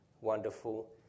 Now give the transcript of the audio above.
wonderful